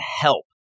help